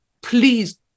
please